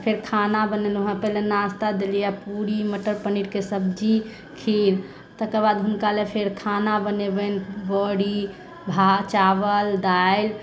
फेर खाना बनेलहुॅं पहिले नास्ता देलियै पूरी मटर पनीर के सब्जी खीर तकर बाद हुनका लए फेर खाना बनेबनि बड़ी भात चावल दालि